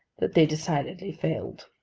that they decidedly failed.